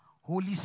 Holy